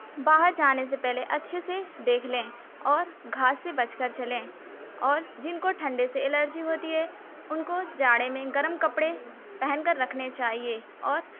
باہر جانے سے پہلے اچھے سے دیکھ لیں اور گھاس سے بچ کر چلیں اور جِن کو ٹھنڈے سے الرجی ہوتی ہے اُن کو جاڑے میں گرم کپڑے پہن کر رکھنے چاہیے اور